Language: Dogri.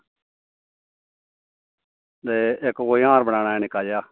ते इक कोई हार बनाना निक्का जेहा